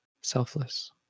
selfless